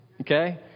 Okay